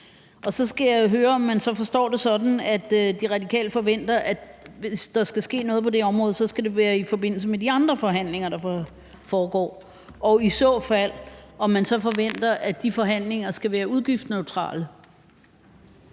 og så skal jeg høre, om man så skal forstå det sådan, at De Radikale forventer, at hvis der skal ske noget på det område, skal det være i forbindelse med de andre forhandlinger, der foregår, og om man i så fald forventer, at de forhandlinger skal være udgiftsneutrale.